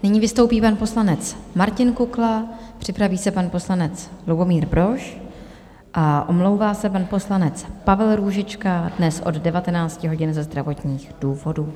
Nyní vystoupí pan poslanec Martin Kukla, připraví se pan poslanec Lubomír Brož a omlouvá se pan poslanec Pavel Růžička dnes od 19 hodin ze zdravotních důvodů.